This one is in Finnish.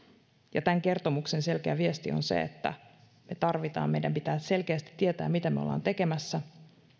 tämän kertomuksen selkeä viesti on se että meidän pitää selkeästi tietää mitä me olemme tekemässä